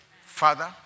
Father